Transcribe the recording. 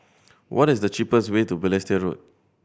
what is the cheapest way to Balestier Road